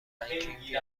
رنکینگ